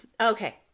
Okay